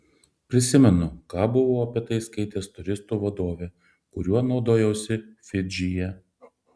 prisimenu ką buvau apie tai skaitęs turistų vadove kuriuo naudojausi fidžyje